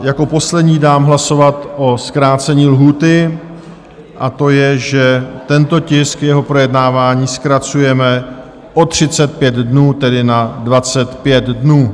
Jako poslední dám hlasovat o zkrácení lhůty, a to je, že tento tisk a jeho projednávání zkracujeme o 35 dnů, tedy na 25 dnů.